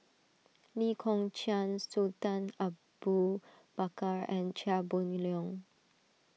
Lee Kong Chian Sultan Abu Bakar and Chia Boon Leong